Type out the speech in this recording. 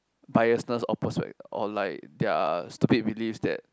biasness or persuade or like their stupid believes that